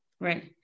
Right